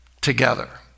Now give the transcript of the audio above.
together